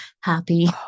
happy